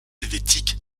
helvétique